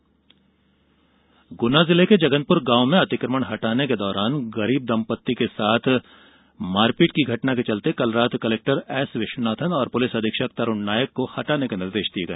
ग्ना अतिक्रमण गुना जिले के जगनपुर गांव में अतिक्रमण हटाने के दौरान गरीब दंपत्ति के साथ मारपीट की घटना के चलते कल रात कलेक्टर एस विश्वनाथन और पुलिस अधीक्षक तरुण नायक को हटाने के निर्देश दिए गए